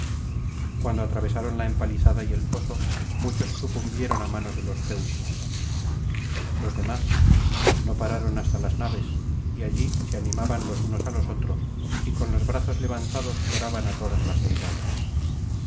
cuando atravesaron la empalizada y el foso muchos sucumbieron á manos de los teucros los demás no pararon hasta las naves y allí se animaban los unos á los otros y con los brazos levantados oraban á todas las deidades